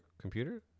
computer